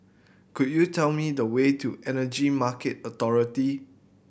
could you tell me the way to Energy Market Authority